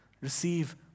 Receive